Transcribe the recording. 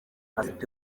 afite